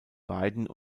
beiden